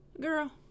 Girl